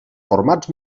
formats